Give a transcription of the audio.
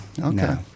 Okay